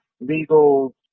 legal